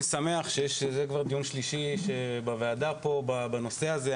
אני שמח שזה כבר דיון שלישי בוועדה הזאת בנושא הזה.